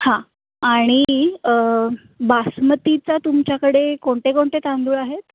हां आणि बासमतीचा तुमच्याकडे कोणते कोणते तांदूळ आहेत